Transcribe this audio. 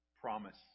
Promise